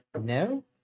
No